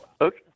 Okay